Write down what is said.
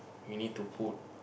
you need to put